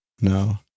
No